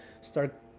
start